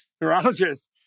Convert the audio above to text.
neurologist